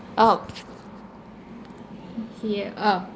oh here oh